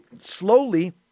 slowly